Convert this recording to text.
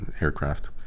aircraft